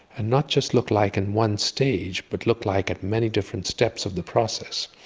and not just look like in one stage but look like at many different steps of the process.